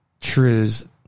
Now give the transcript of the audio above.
truths